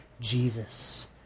jesus